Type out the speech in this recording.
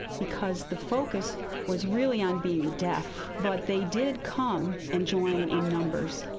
because the focus was really on being deaf. but they did come and join in numbers.